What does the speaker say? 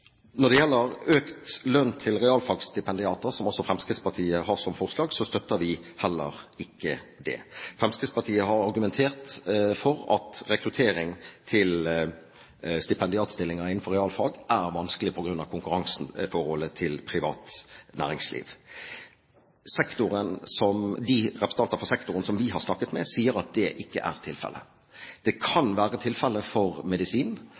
Når det gjelder økt lønn til realfagstipendiater, som også Fremskrittspartiet har som forslag, støtter vi heller ikke det. Fremskrittspartiet har argumentert for at rekruttering til stipendiatstillinger innenfor realfag er vanskelig på grunn av konkurranseforholdet til privat næringsliv. De representanter for sektoren som vi har snakket med, sier at det ikke er tilfellet. Det kan være tilfellet for medisin.